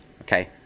okay